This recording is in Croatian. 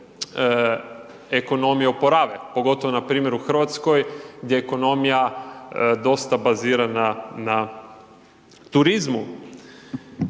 ekonomije oporave, pogotovo npr. u Hrvatskoj gdje je ekonomija dosta bazirana na turizmu.